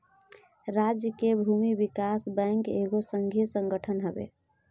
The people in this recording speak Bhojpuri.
राज्य के भूमि विकास बैंक एगो संघीय संगठन हवे